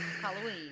Halloween